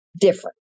different